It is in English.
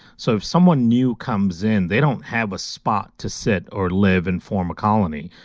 so if someone new comes in they don't have a spot to sit or live and form a colony,